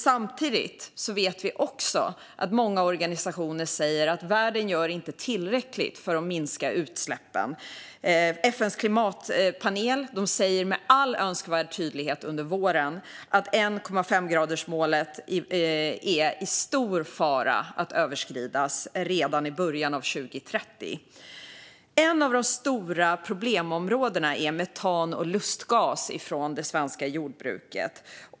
Samtidigt säger många organisationer att världen inte gör tillräckligt för att minska utsläppen. FN:s klimatpanel säger nu med all önskvärd tydlighet att 1,5-gradersmålet är i stor fara att överskridas redan i början av 2030. Ett av de stora problemområdena är metan och lustgas från det svenska jordbruket.